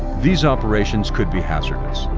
these operations could be hazardous.